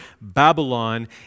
Babylon